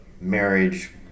marriage